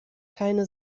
keine